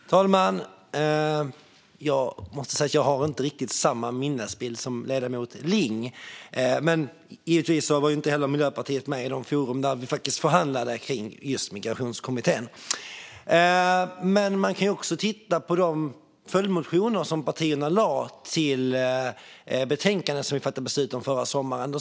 Fru talman! Jag måste säga att jag inte riktigt har samma minnesbild som ledamoten Ling. Miljöpartiet var ju inte heller med i de forum där vi förhandlade kring just Migrationskommittén. Man kan också titta på de följdmotioner som partierna väckte i samband med det betänkande som vi fattade beslut om förra sommaren.